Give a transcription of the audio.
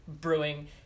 brewing